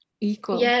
Equal